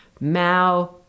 Mao